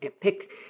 pick